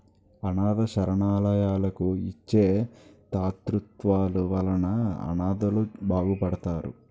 అనాధ శరణాలయాలకు ఇచ్చే తాతృత్వాల వలన అనాధలు బాగుపడతారు